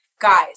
Guys